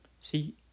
See